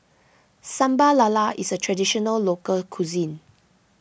Sambal Lala is a Traditional Local Cuisine